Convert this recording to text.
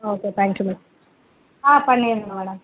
okay thank you madam ஆ பண்ணிடுங்க madam